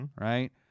Right